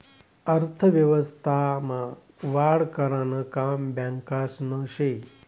अर्थव्यवस्था मा वाढ करानं काम बॅकासनं से